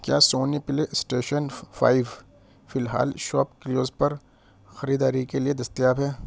کیا Sony PlayStation five فی الحال شاپ کلیوز پر خریداری کے لیے دستیاب ہے